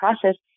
process